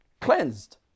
cleansed